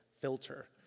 filter